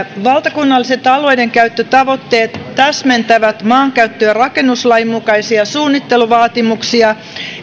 valtakunnalliset alueidenkäyttötavoitteet täsmentävät maankäyttö ja rakennuslain mukaisia suunnitteluvaatimuksia